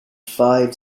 five